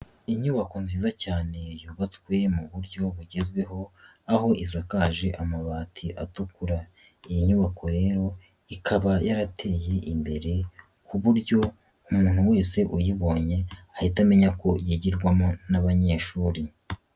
Inyubako nziza cyane yubatswe mu buryo bugezweho, aho isakaje amabati atukura. Iyi nyubako rero ikaba yarateye imbere ku buryo umuntu wese uyibonye ahita amenya ko yigirwamo n'abanyeshuri.